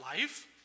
life